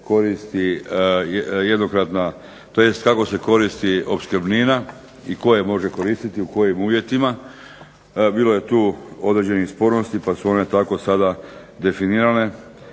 koristi jednokratna tj. kako se koristi opskrbnina i tko je može koristiti u kojim uvjetima. Bilo je tu određenih spornosti pa su one tako sada definirane.